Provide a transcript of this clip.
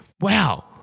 Wow